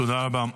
תודה רבה.